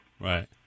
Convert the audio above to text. Right